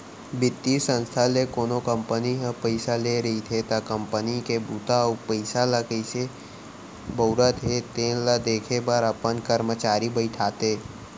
बित्तीय संस्था ले कोनो कंपनी ह पइसा ले रहिथे त कंपनी के बूता अउ पइसा ल कइसे बउरत हे तेन ल देखे बर अपन करमचारी बइठाथे